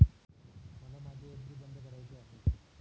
मला माझी एफ.डी बंद करायची आहे